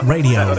Radio